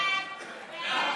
חוק